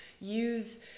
use